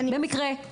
במקרה.